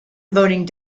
voting